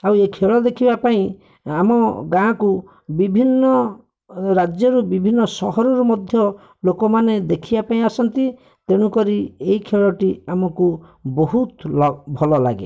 ଆଉ ଏଇ ଖେଳ ଦେଖିବାପାଇଁ ଆମ ଗାଁ'କୁ ବିଭିନ୍ନ ରାଜ୍ୟରୁ ବିଭିନ୍ନ ସହରରୁ ମଧ୍ୟ ଲୋକମାନେ ଦେଖିବାପାଇଁ ଆସନ୍ତି ତେଣୁ କରି ଏଇ ଖେଳଟି ଆମକୁ ବହୁତ ଭଲ ଲାଗେ